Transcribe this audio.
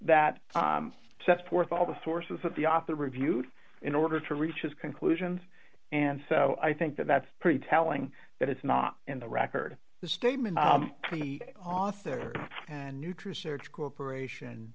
that sets forth all the sources that the author reviewed in order to reach his conclusions and so i think that that's pretty telling that it's not in the record the statement author and nutrition which corporation